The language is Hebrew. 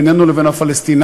בינינו לבין הפלסטינים,